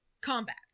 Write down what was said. combat